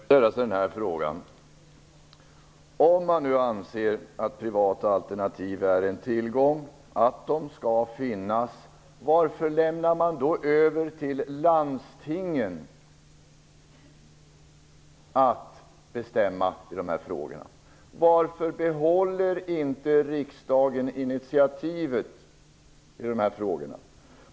Herr talman! Då kan man ställa sig frågan: Om man nu anser att privata alternativ är en tillgång och de inte finns, varför lämnar man då över till landstingen att bestämma i de här frågorna? Varför behåller inte riksdagen initiativet i de här frågorna?